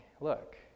look